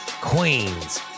Queens